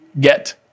get